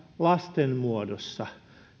lasten muodossa